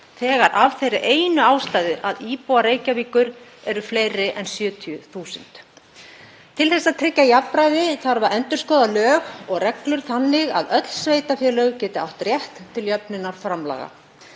af þeirri einu ástæðu að íbúar Reykjavíkur eru fleiri en 70.000. Til að tryggja jafnræði þarf að endurskoða lög og reglur þannig að öll sveitarfélög geti átt rétt til jöfnunarframlaga.